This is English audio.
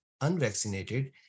unvaccinated